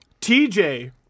TJ